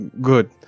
good